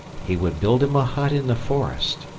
he would build him a hut in the forest,